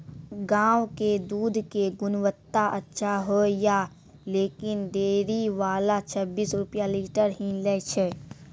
गांव के दूध के गुणवत्ता अच्छा होय या लेकिन डेयरी वाला छब्बीस रुपिया लीटर ही लेय छै?